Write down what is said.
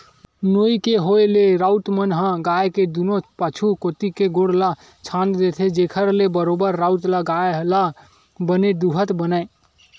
नोई के होय ले राउत मन ह गाय के दूनों पाछू कोती के गोड़ ल छांद देथे, जेखर ले बरोबर राउत ल गाय ल बने दूहत बनय